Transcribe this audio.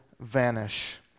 vanish